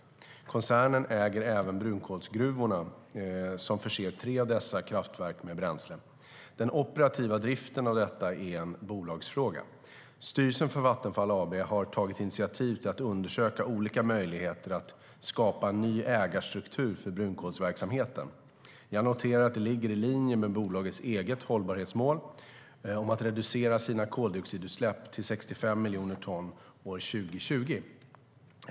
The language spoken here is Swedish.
Koncernen äger även brunkolsgruvorna som förser tre av dessa kraftverk med bränsle. Den operativa driften är en bolagsfråga. Styrelsen för Vattenfall AB har tagit initiativ till att undersöka olika möjligheter att skapa en ny ägarstruktur för brunkolsverksamheten. Jag noterar att det ligger i linje med bolagets eget hållbarhetsmål om att reducera sina koldioxidutsläpp till 65 miljoner ton år 2020.